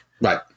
Right